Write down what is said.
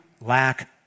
lack